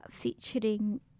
featuring